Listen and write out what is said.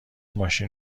ماشین